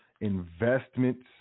investments